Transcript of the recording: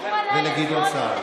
ולגדעון סער.